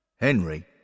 Henry